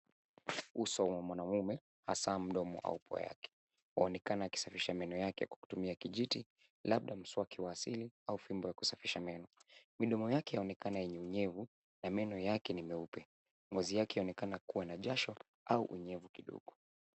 Uso wa mwanamume, hasa mdomo au pua yake. Waonekana akasafisha meno yake kutumia kijiti labda mswaki wa asili au fimbo ya kusafisha meno. Midomo yake yaonekana yenye unyevu na meno yake ni meupe. Ngozi yake yaonekana kuwa na jasho au unyevu kidogo.